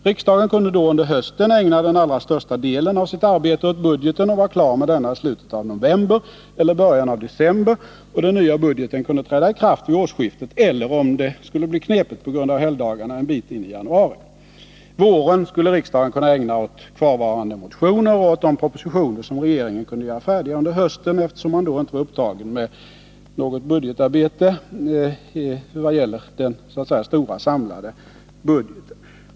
Riksdagen kunde då under hösten ägna den allra största delen av sitt arbete åt budgeten och vara klar med denna i slutet av november eller början av december. Och den nya budgeten kunde träda i kraft vid årsskiftet eller, om det skulle bli knepigt på grund av helgdagarna, en bit in i januari. Våren skulle riksdagen kunna ägna åt kvarvarande motioner och åt de propositioner som regeringen kunde göra färdiga under hösten, eftersom man då inte var upptagen med något budgetarbete i vad gäller den stora samlade budgeten.